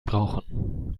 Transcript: brauchen